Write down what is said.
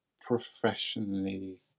professionally